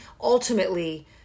ultimately